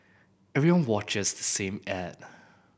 everyone watches the same ad